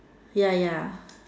ya ya